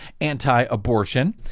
anti-abortion